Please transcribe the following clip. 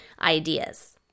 ideas